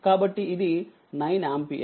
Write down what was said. కాబట్టి ఇది 9 ఆంపియర్